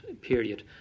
period